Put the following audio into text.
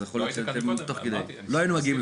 אז יכול להיות שאתם תוך כדי --- לא היינו כאן מקודם.